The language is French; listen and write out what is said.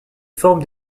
forme